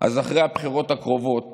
אז אחרי הבחירות הקרובות